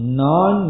non